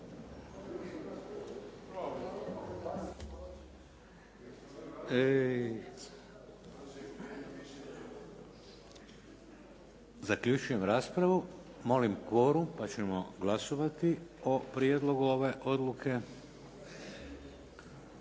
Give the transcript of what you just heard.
Zaključujem raspravu. Molim kvorum pa ćemo glasovati o prijedlogu ove odluke.